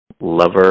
lover